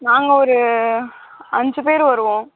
நாங்கள் ஒரு அஞ்சு பேர் வருவோம்